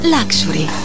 Luxury